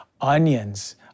onions